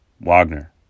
Wagner